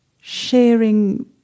sharing